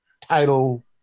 title